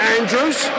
Andrews